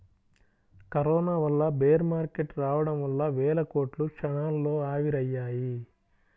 corona వల్ల bear market రావడం వల్ల వేల కోట్లు క్షణాల్లో ఆవిరయ్యాయి